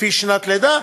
לפי שנת לידה,